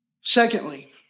Secondly